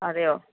അതെയോ